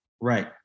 right